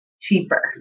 cheaper